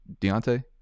Deontay